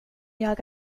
jag